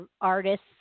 artists